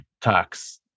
talks